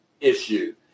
issue